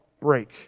break